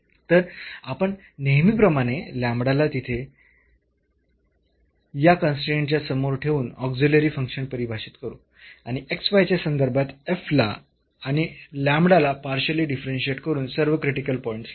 तर आपण नेहमीप्रमाणे ला तिथे या कन्स्ट्रेन्टच्या समोर ठेवून ऑक्झिलरी फंक्शन परिभाषित करू आणि च्या संदर्भात ला आणि ला पार्शियली डिफरन्शियेट करून सर्व क्रिटिकल पॉईंट्स ला शोधू